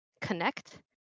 Connect